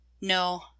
No